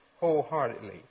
wholeheartedly